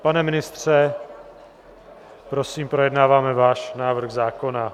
Pane ministře, prosím, projednáváme váš návrh zákona.